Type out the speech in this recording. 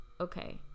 okay